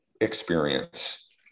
experience